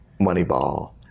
Moneyball